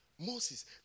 Moses